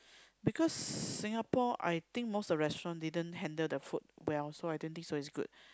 because Singapore I think most the restaurant didn't handle the food well so I don't think so is good